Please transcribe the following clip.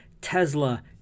Tesla